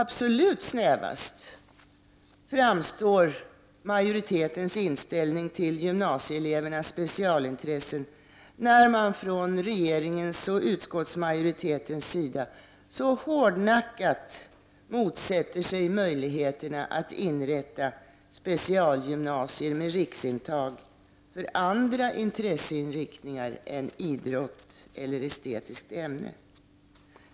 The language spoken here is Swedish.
Absolut snävast framstår majoritetens inställning till gymnasieelevernas specialintressen när man från regeringens och utskottsmajoritetens sida så hårdnackat motsätter sig möjligheterna att inrätta specialgymnasier med riksintag för andra intresseinriktningar än idrott eller estetiska ämnen.